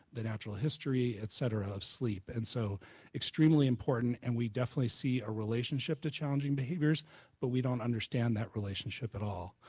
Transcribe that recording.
natural history, et cetera of sleep, and so extremely important and we definitely see a relationship to challenging behaviors but we don't understand that relationship at all.